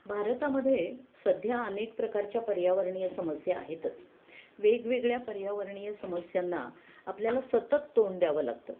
भारतामध्ये सध्या अनेक प्रकारच्या पर्यावरणीय समस्या आहेतच वेगवेगळ्या पर्यावरणीय समस्यांना आपल्याला सतत तोंड द्यावं लागतं